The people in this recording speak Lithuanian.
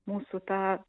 mūsų tą